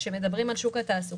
כאשר מדברים על שוק התעסוקה,